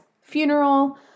funeral